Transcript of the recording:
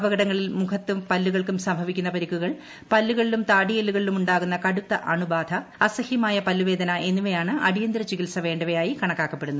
അപകടങ്ങളിൽ മുഖത്തും പല്ലുകൾക്കും സംഭവിക്കുന്ന പരിക്കുകൾ പല്ലുകളിലും താടിയെല്ലുകളിലും ഉണ്ടാകുന്ന കടുത്ത അണുബാധ അസഹ്യമായ പല്ലു പേദന എന്നിവയാണ് അടിയന്തിര ചികിത്സ വേണ്ടവയായി കണക്കാക്കപ്പെടുന്നത്